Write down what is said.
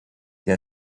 der